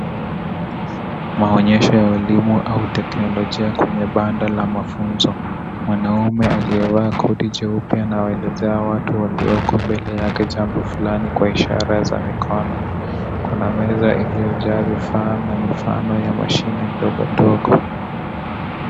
Maonyesho ya elimu au teknolojia kwenye banda la mafunzo. Mwanaume aliyevaa koti cheupe anawaelezea watu walioko mbele yake jambo fulani kwa ishara ya mikono. Kuna meza iliyojaa vifaa na mifano ya mashine ndogo ndogo.